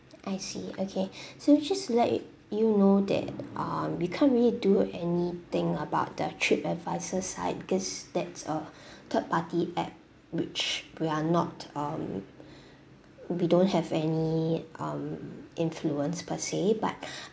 I see okay so just to let you you know that um we can't really do anything about the trip advisor side because that's a third party app which we are not um we don't have any um influence per se but